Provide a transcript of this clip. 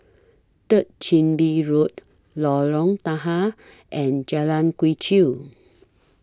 Third Chin Bee Road Lorong Tahar and Jalan Quee Chew